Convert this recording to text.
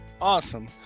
Awesome